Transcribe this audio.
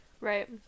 Right